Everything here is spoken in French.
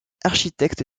architecte